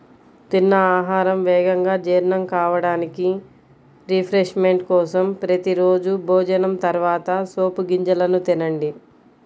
తిన్న ఆహారం వేగంగా జీర్ణం కావడానికి, రిఫ్రెష్మెంట్ కోసం ప్రతి రోజూ భోజనం తర్వాత సోపు గింజలను తినండి